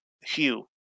Hugh